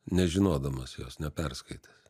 nežinodamas jos neperskaitęs